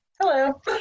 Hello